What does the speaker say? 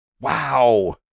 Wow